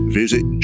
visit